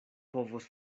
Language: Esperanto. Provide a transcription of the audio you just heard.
povos